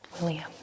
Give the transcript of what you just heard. William